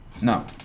No